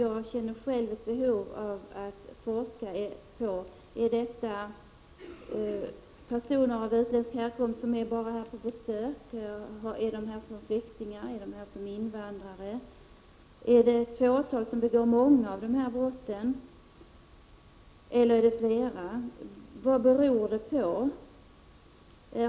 Jag känner själv ett behov av att undersöka om dessa personer av utländsk härkomst bara är här på besök eller om de är flyktingar eller invandrare. Är det ett fåtal som begår många av brotten eller är det flera? Vad beror det på?